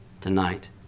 tonight